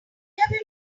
have